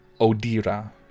Odira